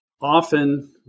often